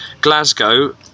Glasgow